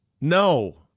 No